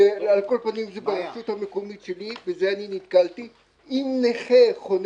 ברשות המקומית שלי נתקלתי בכך שאם נכה חונה